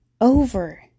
over